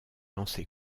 lancé